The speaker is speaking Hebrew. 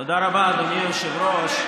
תודה רבה, אדוני היושב-ראש.